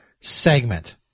segment